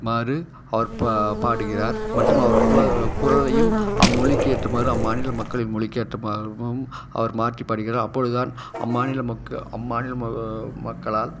மாரி அவர் பா பாடுகிறார் மற்றும் அவர் குல குரலையும் அம்மொழிக்கு ஏற்றவாரு அம்மாநில மக்களின் மொழிக்கு ஏற்றவாரும் அவர் மாற்றி பாடுகிறார் அப்பொழுதுதான் அம்மாநில மக் அம்மாநில மக்களால்